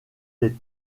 des